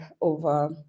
over